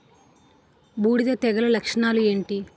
బూడిద తెగుల లక్షణాలు ఏంటి?